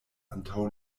antaŭ